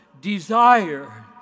desire